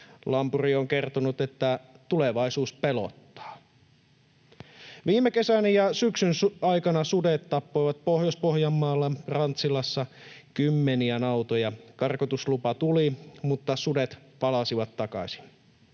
Lampuri on kertonut, että tulevaisuus pelottaa. Viime kesän ja syksyn aikana sudet tappoivat Pohjois-Pohjanmaalla Rantsilassa kymmeniä nautoja. Karkotuslupa tuli, mutta sudet palasivat takaisin.